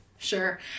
Sure